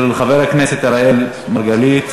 של חבר הכנסת אראל מרגלית.